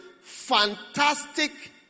fantastic